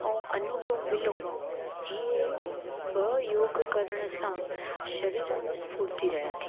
ऐं अनुलोम विलोम इहे ॿ योग करण सां शरीर में स्फुर्ती रहे थी